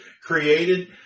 created